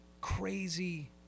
crazy